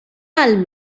għal